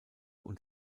und